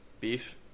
beef